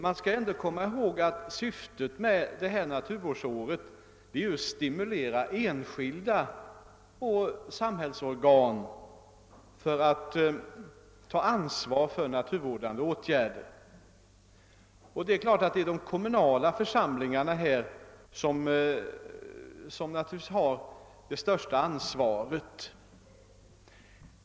Man skall ändå hålla i minnet att syftet med naturvårdsåret är att stimulera enskilda personer och samhällsorgan till att ta ansvar för naturvårdande åtgärder. Givetvis har de kommunala församlingarna det största ansvaret.